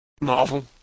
Marvel